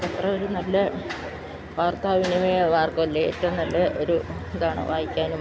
പത്രം ഒരു നല്ല വാർത്താവിനിമയ മാർഗമല്ലേ ഏറ്റവും നല്ലയൊരു ഇതാണ് വായിക്കാനും